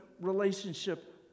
relationship